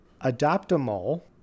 Adopt-A-Mole